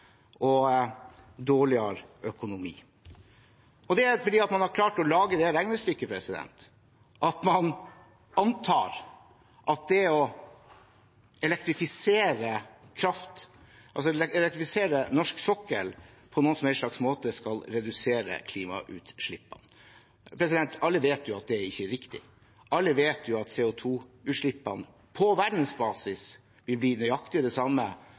og dårligere økonomi. Det er fordi man har klart å lage det regnestykket at man antar at det å elektrifisere norsk sokkel på noen som helst måte skal redusere klimautslipp. Alle vet at det ikke er riktig. Alle vet at CO2-utslippene på verdensbasis vil bli nøyaktig de samme;